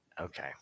Okay